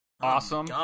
Awesome